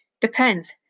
Depends